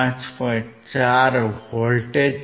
4 volt છે